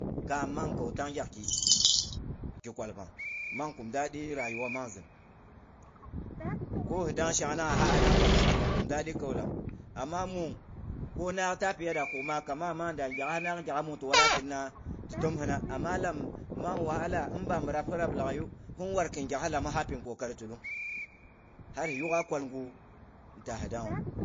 Kaam mang ki kwal pang mang kum daɗi rayuwa monzi ko hi day shang nangha ha ana kwal. A kin kum dadi kau lam. Amma mwoong, ko naak ta piya da kuk maa kamaa nuangda, ngyanga bung gya'ghas bung ti warra kinna ti tom hina. Ama lam mang wahala in ba mi rab hi rabba laghai yu kowan kin gya'ghas lamu, ha pini ko kari tulung har hi yuk'gha kwal ngu ni ta hi dangwu.